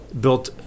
built